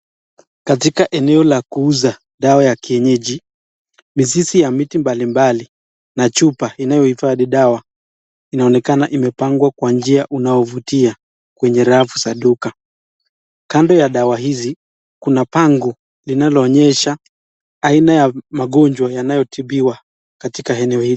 Katika eneo la kuuza dawa ya kienyeji, misisii ya miti mbalimbali na chupa inayohifadhi dawa inaonekana imepangwa kwa njia unaovutia kwenye rafu za duka. Kando ya dawa hizi kuna bango linaloonyesha aina ya magonjwa yanayotibiwa katika eneo hili.